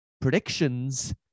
predictions